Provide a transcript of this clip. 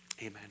amen